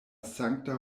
sankta